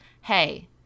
hey